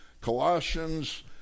Colossians